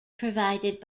provided